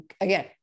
again